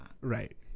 Right